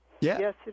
Yes